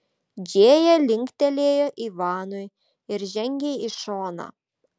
džėja linktelėjo ivanui ir žengė į šoną